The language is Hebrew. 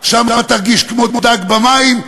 שם תרגיש כמו דג במים,